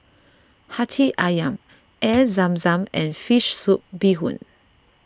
Hati Ayam Air Zam Zam and Fish Soup Bee Hoon